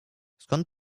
skąd